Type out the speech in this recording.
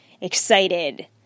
excited